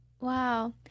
Wow